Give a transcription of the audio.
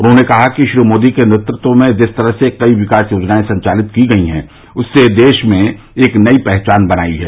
उन्होंने कहा कि श्री मोदी के नेतृत्व में जिस तरह से कई विकास योजनायें संचालित की गई है उससे देश में एक नई पहचान बनाई है